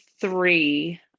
three